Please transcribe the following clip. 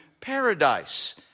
paradise